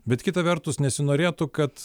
bet kita vertus nesinorėtų kad